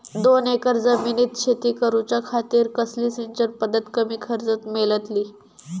दोन एकर जमिनीत शेती करूच्या खातीर कसली सिंचन पध्दत कमी खर्चात मेलतली?